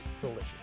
Delicious